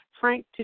Frank